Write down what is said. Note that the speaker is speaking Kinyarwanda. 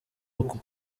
uku